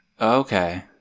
Okay